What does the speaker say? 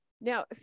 Now